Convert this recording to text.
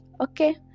Okay